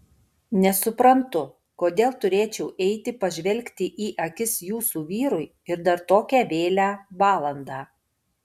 nesuprantu kodėl turėčiau eiti pažvelgti į akis jūsų vyrui ir dar tokią vėlią valandą